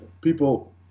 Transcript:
People